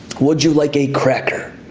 would you like a cracker?